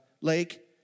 Lake